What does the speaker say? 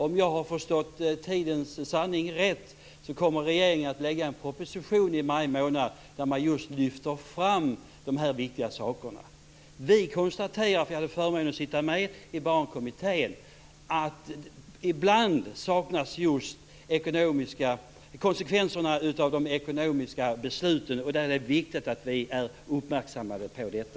Om jag har förstått tidens sanning rätt kommer regeringen att lägga fram en proposition i maj månad där man just lyfter fram de här viktiga sakerna. Jag hade förmånen att sitta med i barnkommittén, och vi konstaterade att just konsekvenserna av de ekonomiska besluten ibland saknas. Det är viktigt att vi är uppmärksamma på detta.